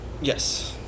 yes